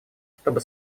чтобы